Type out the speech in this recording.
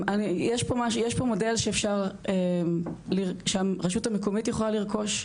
יש פה מודל שהרשות המקומית יכולה לרכוש,